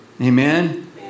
Amen